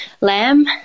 lamb